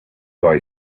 boy